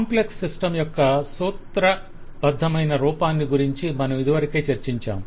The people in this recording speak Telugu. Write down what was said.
కాంప్లెక్స్ సిస్టమ్ యొక్క సూత్రయబద్ధమైన రూపాన్ని గురించి మనమిదివరకే చర్చించాము